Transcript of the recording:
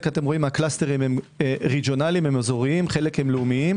הקלסטרים הם ריג'ונליים ואזוריים וחלק לאומיים